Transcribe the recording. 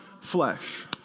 flesh